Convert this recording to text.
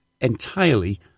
entirely